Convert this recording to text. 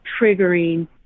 triggering